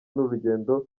n’urugendo